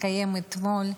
שהתקיים אתמול,